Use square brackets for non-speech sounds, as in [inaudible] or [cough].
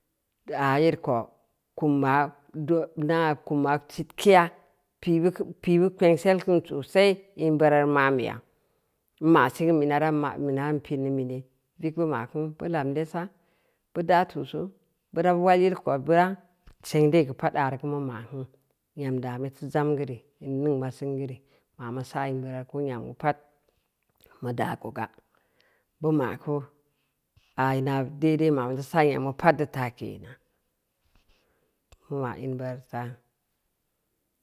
Geu aa yere ko kumma doo [unintelligible] kuma sitkeya, pibu-pibu kpengsel kin sosai in bira reu ma’nbeya nma songu mena ran ma’n mena ran pin neu mene, vig bu ma’n, bu lam lesu bud aa tusu, bu dabu waly il keu odbira, seng dee geu pad areu mu ma’n, nyam daa muteu zam geure, in ningn ma singeu re, ma’mu sa’ in bira ku nyam gu pad, mu daa koga, bu ma’ku aa ina daidai ma’bu sa nyam geu pad deu taa kenan, mu ma’ in bira reu taa.